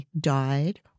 died